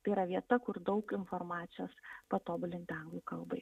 tai yra vieta kur daug informacijos patobulinti anglų kalbai